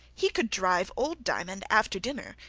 he could drive old diamond after dinner,